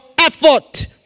effort